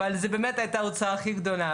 אבל זו באמת הייתה ההוצאה הכי גדולה,